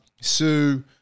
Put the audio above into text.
Sue